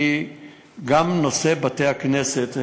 גם נושא בתי-הכנסת,